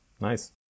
Nice